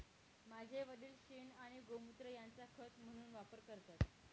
माझे वडील शेण आणि गोमुत्र यांचा खत म्हणून वापर करतात